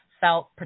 felt